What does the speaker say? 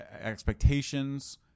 expectations